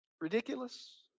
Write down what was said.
Ridiculous